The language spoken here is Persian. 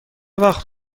وقت